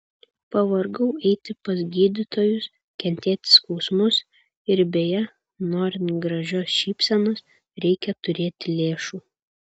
pavargau eiti pas gydytojus kentėti skausmus ir beje norint gražios šypsenos reikia turėti lėšų